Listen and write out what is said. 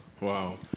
Wow